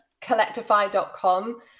collectify.com